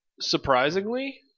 Surprisingly